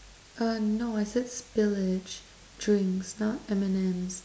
uh no I said spillage drinks not M and Ms